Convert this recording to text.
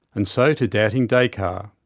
and so, to doubting descartes.